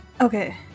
Okay